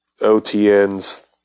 OTNs